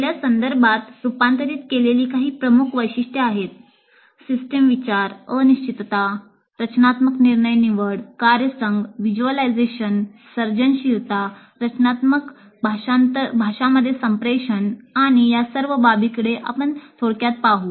htm या संदर्भात रूपांतरित केलेली काही प्रमुख वैशिष्ट्ये आहेत सिस्टम विचार अनिश्चितता रचनात्मक निर्णय निवड कार्यसंघ व्हिज्युअलायझेशन सर्जनशीलता रचनात्मक भाषांमध्ये संप्रेषण आम्ही या सर्व बाबींकडे थोडक्यात पाहू